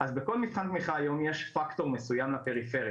אז בכל מבחן תמיכה היום יש פקטור מסוים לפריפריה,